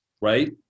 right